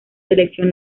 selección